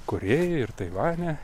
korėjoje ir taivane